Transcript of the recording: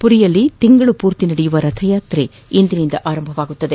ಪುರಿಯಲ್ಲಿ ತಿಂಗಳು ಪೂರ್ತಿ ನಡೆಯುವ ರಥೆಯಾತ್ರೆ ಇಂದಿನಿಂದ ಆರಂಭಗೊಳ್ಳಲಿದೆ